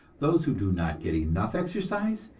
those who do not get enough exercise,